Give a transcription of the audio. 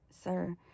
sir